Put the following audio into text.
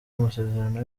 amasezerano